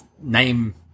name